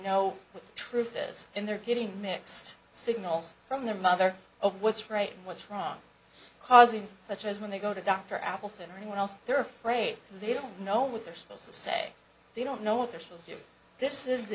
know the truth is and they're getting mixed signals from their mother of what's right and what's wrong causing such as when they go to dr appleton or anywhere else they're afraid they don't know what they're supposed to say they don't know what they're supposed to this is the